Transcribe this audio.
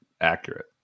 accurate